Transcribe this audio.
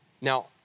Now